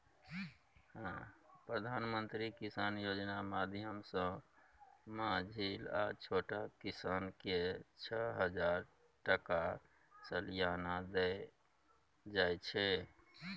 प्रधानमंत्री किसान योजना माध्यमसँ माँझिल आ छोट किसानकेँ छअ हजार टका सलियाना देल जाइ छै